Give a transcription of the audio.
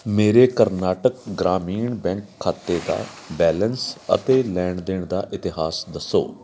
ਮੇਰੇ ਕਰਨਾਟਕ ਗ੍ਰਾਮੀਣ ਬੈਂਕ ਖਾਤੇ ਦਾ ਬੈਲੰਸ ਅਤੇ ਲੈਣ ਦੇਣ ਦਾ ਇਤਿਹਾਸ ਦੱਸੋ